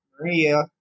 Maria